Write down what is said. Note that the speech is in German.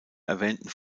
erwähnten